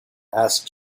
ask